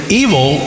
evil